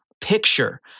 picture